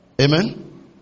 Amen